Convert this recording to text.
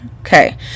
Okay